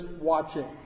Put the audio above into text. watching